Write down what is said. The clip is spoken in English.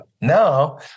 Now